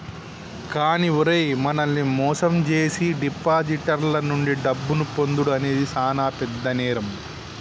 కానీ ఓరై మనల్ని మోసం జేసీ డిపాజిటర్ల నుండి డబ్బును పొందుడు అనేది సాన పెద్ద నేరం